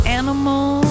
animal